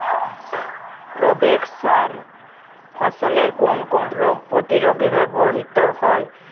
Provex সার ফসলের কোন কোন রোগ প্রতিরোধে ব্যবহৃত হয়?